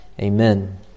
amen